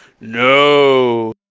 no